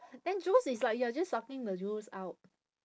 then juice is like you are just sucking the juice out